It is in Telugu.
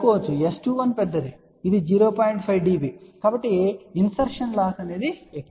5dB కాబట్టి ఇన్సర్షన్ లాస్ ఎక్కువ